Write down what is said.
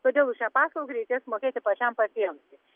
todėl už šią paslaugą reikės mokėti pačiam pacientui